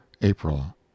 April